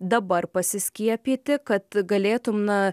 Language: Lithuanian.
dabar pasiskiepyti kad galėtum na